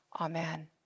Amen